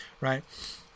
right